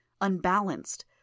Unbalanced